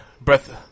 breath